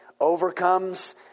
overcomes